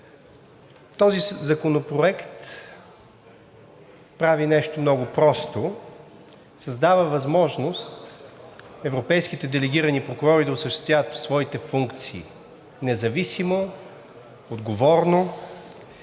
Този законопроект прави нещо много просто – създава възможност европейските делегирани прокурори да осъществяват своите функции независимо, отговорно,